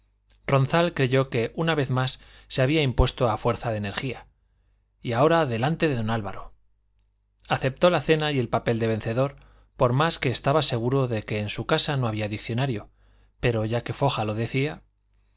ronzal creyó que una vez más se había impuesto a fuerza de energía y ahora delante de don álvaro aceptó la cena y el papel de vencedor por más que estaba seguro de que en su casa no había diccionario pero ya que foja lo decía